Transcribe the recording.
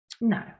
No